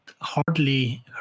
hardly